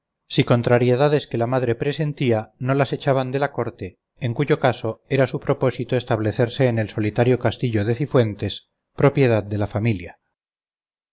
si contrariedades que la madre presentía no las echaban de la corte en cuyo caso era su propósito establecerse en el solitario castillo de cifuentes propiedad de la familia